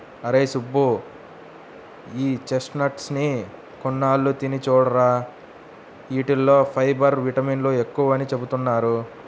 అరేయ్ సుబ్బు, ఈ చెస్ట్నట్స్ ని కొన్నాళ్ళు తిని చూడురా, యీటిల్లో ఫైబర్, విటమిన్లు ఎక్కువని చెబుతున్నారు